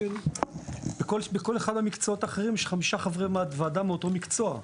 בכל אחד מהמקצועות האחרים יש חמישה חברי ועדה מאותו מקצוע,